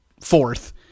fourth